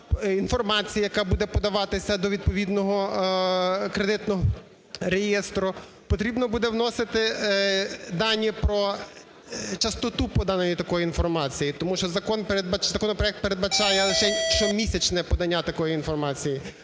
інформації, яка буде подаватися до відповідного кредитного реєстру, потрібно буде вносити дані про частоту поданої такої інформації, тому що законопроект передбачає щомісячне подання такої інформації.